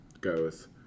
goes